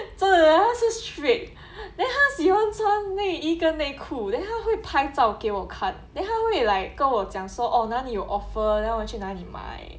真的他是 straight then 他喜欢穿内衣跟内裤 then 他会拍照给我看 then 他会 like 跟我讲说哦哪里有 offer then 我去哪里买